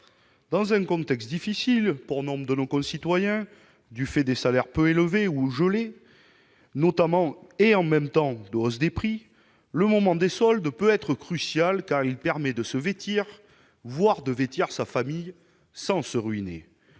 Dans un contexte difficile pour nombre de nos concitoyens, du fait de salaires peu élevés ou gelés et, en même temps, d'une hausse des prix, le moment des soldes peut être crucial, car il permet de se vêtir, voire de vêtir sa famille, sans se ruiner.